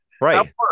Right